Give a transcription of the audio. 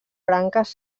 branques